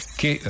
che